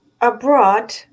abroad